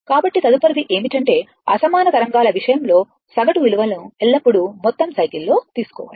కాబట్టి తదుపరిది ఏమిటంటే అసమాన తరంగాల విషయంలో సగటు విలువను ఎల్లప్పుడూ మొత్తం సైకిల్ లో తీసుకోవాలి